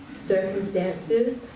circumstances